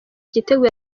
igitego